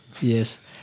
Yes